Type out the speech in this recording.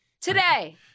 Today